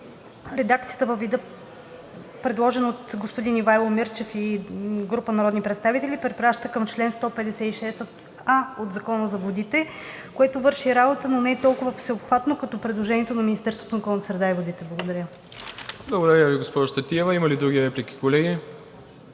Редакцията във вида, предложен от господин Ивайло Мирчев и група народни представители, препраща към чл. 156а от Закона за водите, което върши работа, но не е толкова всеобхватно като предложението на Министерството на околната среда и водите. Благодаря. ПРЕДСЕДАТЕЛ МИРОСЛАВ ИВАНОВ: Благодаря Ви, госпожо Стратиева. Има ли други реплики, колеги?